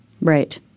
Right